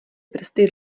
prsty